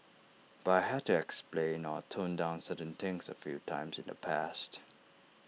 but I had to explain or tone down certain things A few times in the past